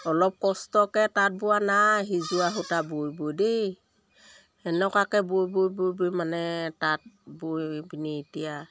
অলপ কষ্টকৈ তাঁত বোৱা নাই সিজোৱা সূতা বৈ বৈ দেই তেনেকুৱাকৈ বৈ বৈ বৈ বৈ মানে তাঁত বৈ পিনি এতিয়া